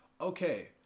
Okay